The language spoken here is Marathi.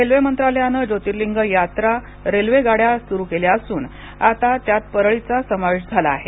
रेल्वे मंत्रालयानं ज्योतिर्लिंग यात्रा रेल्वे गाड्या सुरू केल्या असून आता त्यात परळीचा समावेश झाला आहे